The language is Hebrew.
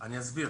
אני אסביר.